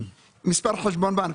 מספר חשבון בנק,